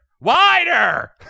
wider